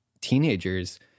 teenagers